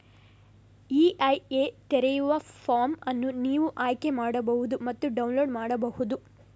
EIA ತೆರೆಯುವ form ಅನ್ನು ನೀವು ಆಯ್ಕೆ ಮಾಡಬಹುದು ಮತ್ತು ಡೌನ್ಲೋಡ್ ಮಾಡಬಹುದು